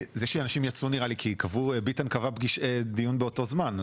נראה לי שאנשים יצאו כי ביטן קבע דיון בכלכלה באותו הזמן,